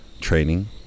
training